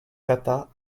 kata